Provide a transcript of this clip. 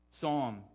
Psalm